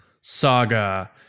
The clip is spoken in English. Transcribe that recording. saga